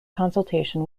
consultation